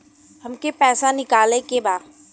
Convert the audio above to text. हमके पैसा निकाले के बा